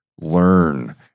learn